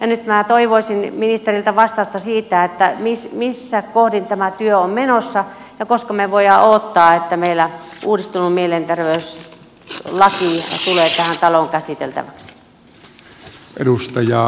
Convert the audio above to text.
nyt minä toivoisin ministeriltä vastausta siitä missä kohdin tämä työ on menossa ja koska me voimme odottaa että meillä uudistunut mielenterveyslaki tulee tähän taloon käsiteltäväksi